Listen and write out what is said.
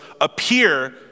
appear